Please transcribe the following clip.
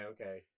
okay